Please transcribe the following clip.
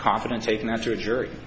confident taking after a jury